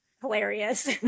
hilarious